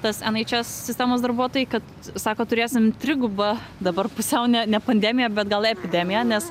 tas enaičes sistemos darbuotojai kad sako turėsim trigubą dabar pusiau ne ne pandemiją bet gal epidemiją nes